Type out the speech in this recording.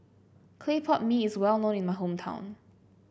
Clay Pot Mee is well known in my hometown